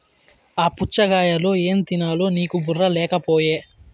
ఆ పుచ్ఛగాయలో ఏం తినాలో నీకు బుర్ర లేకపోయె